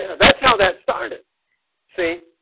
that's how that started see